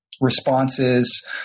responses